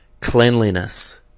cleanliness